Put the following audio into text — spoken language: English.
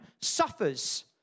suffers